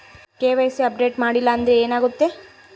KYC update ಮಾಡಿಲ್ಲ ಅಂದ್ರೆ ಏನಾಗುತ್ತೆ?